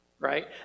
Right